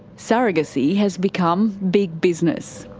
surrogacy has become big business.